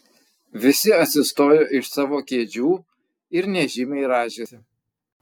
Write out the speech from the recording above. visi atsistojo iš savo kėdžių ir nežymiai rąžėsi